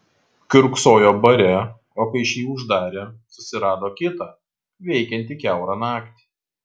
kiurksojo bare o kai šį uždarė susirado kitą veikiantį kiaurą naktį